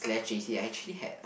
G_C_E actually had